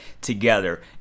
together